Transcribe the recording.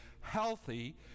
healthy